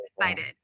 invited